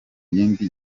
yindi